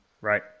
Right